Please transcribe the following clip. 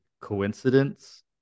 coincidence